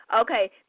Okay